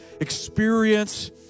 experience